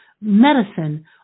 medicine